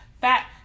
fat